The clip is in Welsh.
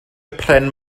pren